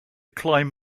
climb